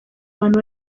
abantu